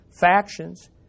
factions